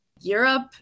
europe